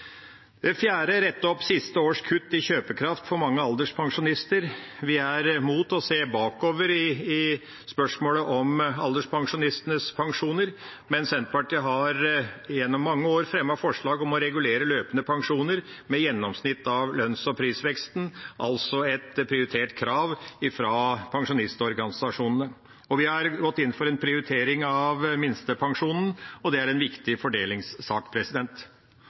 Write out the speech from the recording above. opp siste års kutt i kjøpekraft for mange alderspensjonister. Vi er imot å se bakover i spørsmålet om alderspensjonistenes pensjoner, men Senterpartiet har gjennom mange år fremmet forslag om å regulere løpende pensjoner med gjennomsnittet av lønns- og prisveksten – altså et prioritert krav fra pensjonistorganisasjonene. Vi har gått inn for en prioritering av minstepensjonen, og det er en viktig fordelingssak.